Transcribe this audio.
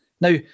Now